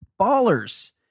Ballers